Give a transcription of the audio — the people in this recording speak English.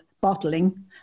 bottling